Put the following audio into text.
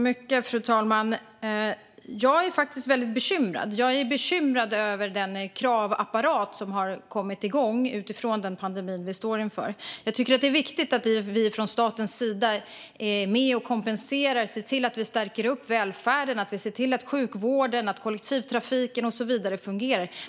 Fru talman! Jag är faktiskt väldigt bekymrad över den kravapparat som har kommit igång utifrån den pågående pandemin. Jag tycker att det är viktigt att vi från statens sida är med och kompenserar, stärker välfärden och ser till att sjukvården, kollektivtrafiken och så vidare fungerar.